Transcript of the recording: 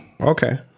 Okay